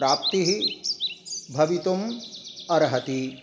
प्राप्तिः भवितुम् अर्हति